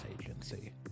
agency